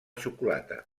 xocolata